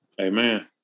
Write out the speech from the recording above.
Amen